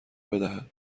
بدهد